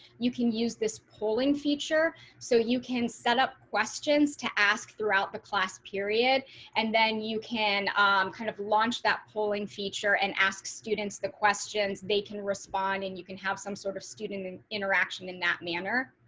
you can use this polling feature so you can set up questions to ask throughout the class period and then you can shari beck um kind of launch that polling feature and ask students, the questions they can respond and you can have some sort of student and interaction in that manner.